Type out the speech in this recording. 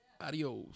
adios